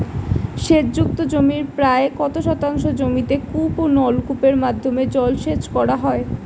সেচ যুক্ত জমির প্রায় কত শতাংশ জমিতে কূপ ও নলকূপের মাধ্যমে জলসেচ করা হয়?